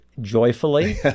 joyfully